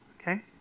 Okay